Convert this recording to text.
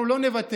אנחנו לא נוותר,